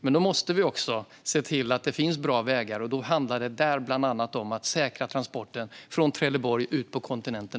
Men då måste vi också se till att det finns bra vägar, och då handlar det bland annat om att säkra transporten från Trelleborg och ut på kontinenten.